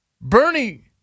Bernie